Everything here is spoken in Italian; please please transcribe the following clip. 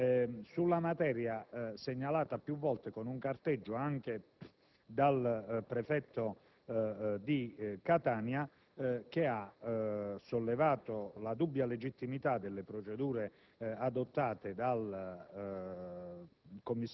Sulla materia, segnalata più volte con un carteggio anche dal prefetto di Catania (che ha sollevato la dubbia legittimità delle procedure adottate dal